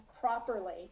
properly